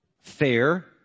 fair